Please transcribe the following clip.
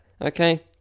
Okay